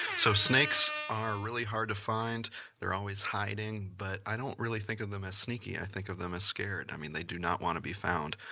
so snakes are really hard to find they're always hiding, but i don't really think of them as sneaky. i think of them as scared. i mean, they do not want to be found.